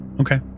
okay